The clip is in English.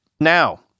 Now